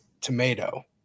tomato